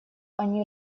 они